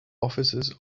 officers